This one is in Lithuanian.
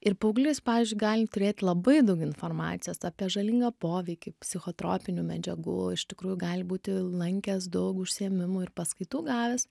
ir paauglys pavyzdžiui gali turėt labai daug informacijos apie žalingą poveikį psichotropinių medžiagų iš tikrųjų gali būti lankęs daug užsiėmimų ir paskaitų gavęs